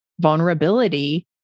vulnerability